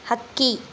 ಹಕ್ಕಿ